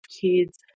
kids